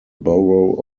borough